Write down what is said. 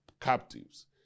captives